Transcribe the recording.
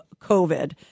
COVID